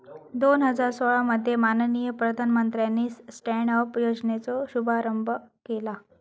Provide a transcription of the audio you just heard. दोन हजार सोळा मध्ये माननीय प्रधानमंत्र्यानी स्टॅन्ड अप योजनेचो शुभारंभ केला